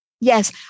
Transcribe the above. Yes